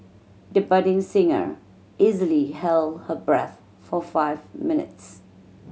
the budding singer easily held her breath for five minutes